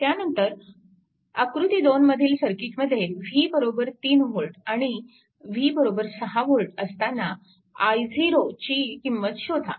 त्यानंतर आकृती 2 मधील सर्किटमध्ये v 3V आणि v 6V असताना i0 ची किंमत शोधा